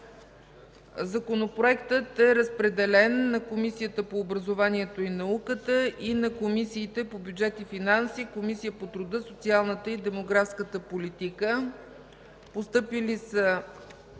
Законопроектът е разпределен на Комисията по образованието и науката, на Комисията по бюджет и финанси и на Комисията по труда, социалната и демографската политика. Постъпили са